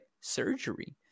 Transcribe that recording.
surgery